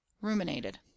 ruminated